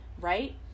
right